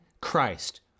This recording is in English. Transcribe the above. Christ